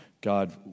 God